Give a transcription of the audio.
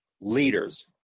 leaders